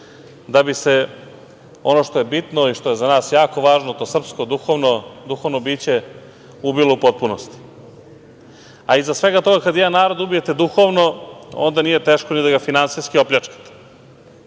da bi se ono što je bitno i što je za nas jako važno, to srpsko duhovno biće ubilo u potpunosti. Iza svega toga, kada jedan narod ubijete duhovno, onda nije teško ni da ga finansijski opljačkate. Meni